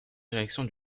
direction